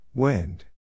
Wind